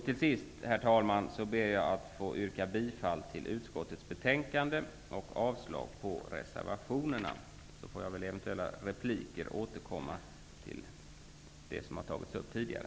Till sist, herr talman, ber jag att få yrka bifall till utskottets hemställan och avslag på reservationerna. Jag får väl i eventuella repliker återkomma till det som har tagits upp tidigare.